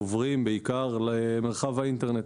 עוברים בעיקר למרחב האינטרנט.